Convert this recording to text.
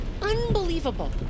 unbelievable